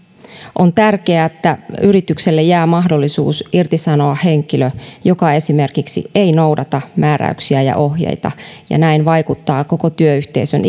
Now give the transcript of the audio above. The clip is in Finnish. on tärkeää että yritykselle jää mahdollisuus irtisanoa henkilö joka esimerkiksi ei noudata määräyksiä ja ohjeita ja näin vaikuttaa koko työyhteisön